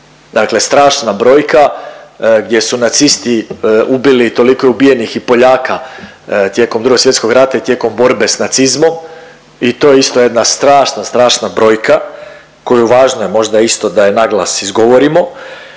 Dakle, strašna brojka gdje su nacisti ubili toliko je ubijenih i Poljaka tijekom Drugog svjetskog rata i tijekom borbe s nacizmom i to je isto jedna strašna, strašna brojka koju važna je možda isto da je naglas izgovorimo.